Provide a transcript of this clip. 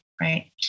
right